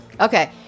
Okay